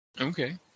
Okay